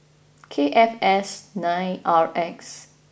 K F S nine R X